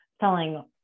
selling